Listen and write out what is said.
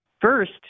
first